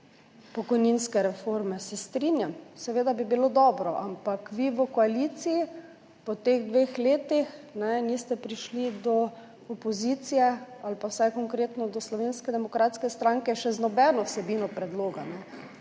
pokojninske reforme, se strinjam, seveda bi bilo dobro, ampak vi v koaliciji po teh dveh letih niste prišli do opozicije ali pa vsaj konkretno do Slovenske demokratske stranke še z nobeno vsebino predloga,